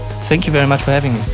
thank you very much for having